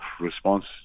response